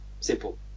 Simple